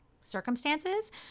circumstances